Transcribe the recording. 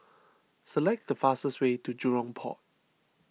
select the fastest way to Jurong Port